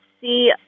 See